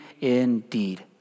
indeed